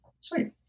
Sweet